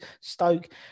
stoke